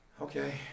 okay